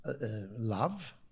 love